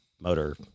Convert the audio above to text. motor